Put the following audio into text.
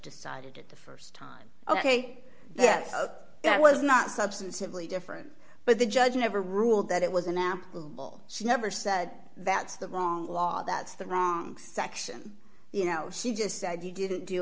decided it the st time ok yes that was not substantively different but the judge never ruled that it was an apple she never said that's the wrong law that's the wrong section you know she just said you didn't do